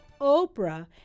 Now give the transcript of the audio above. Oprah